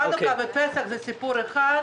חנוכה ופסח זה סיפור אחד,